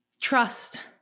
trust